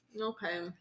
Okay